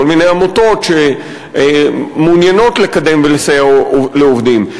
כל מיני עמותות שמעוניינות לקדם ולסייע לעובדים,